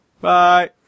Bye